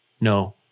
no